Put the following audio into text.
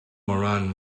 moran